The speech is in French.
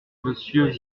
monsieur